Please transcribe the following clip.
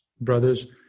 Brothers